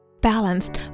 balanced